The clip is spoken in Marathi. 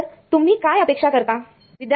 तुम्ही काय अपेक्षा करता